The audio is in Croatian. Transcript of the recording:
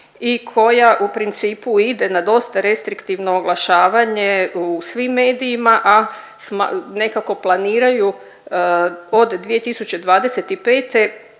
i koja u principu ide na dosta restriktivno oglašavanje u svim medijima, a nekako planiraju od 2025.